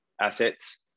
assets